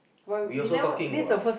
we also talking what